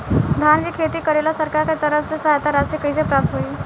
धान के खेती करेला सरकार के तरफ से सहायता राशि कइसे प्राप्त होइ?